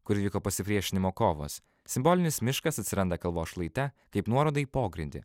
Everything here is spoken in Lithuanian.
kur vyko pasipriešinimo kovos simbolinis miškas atsiranda kalvos šlaite kaip nuoroda į pogrindį